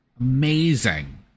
Amazing